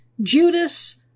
Judas